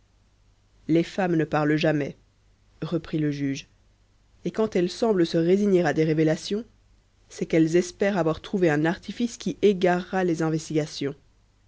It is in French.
les femmes ne parlent jamais reprit le juge et quand elles semblent se résigner à des révélations c'est qu'elles espèrent avoir trouvé un artifice qui égarera les investigations